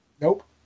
Nope